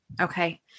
Okay